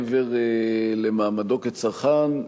מעבר למעמדו כצרכן,